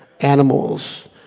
Animals